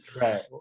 Right